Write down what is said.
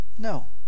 no